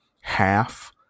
half